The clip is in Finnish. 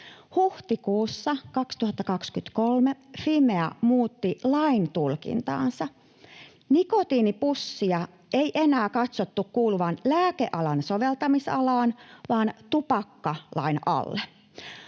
Huhtikuussa 2023 Fimea muutti laintulkintaansa. Nikotiinipussien ei enää katsottu kuuluvan lääkelain soveltamisalaan, vaan tupakkalain alle.